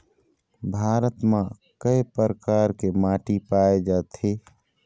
भारत म कय प्रकार के माटी पाए जाथे?